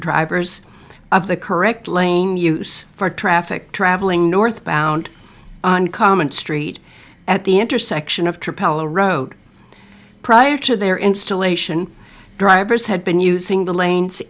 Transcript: drivers of the correct lane use for traffic traveling northbound on common street at the intersection of capella road prior to their installation drivers had been using the lanes